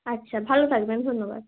আচ্ছা ভালো থাকবেন ধন্যবাদ